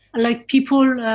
like people.